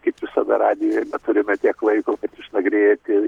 kaip visada radijuje neturime tiek laiko kad išnagrinšėti